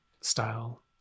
style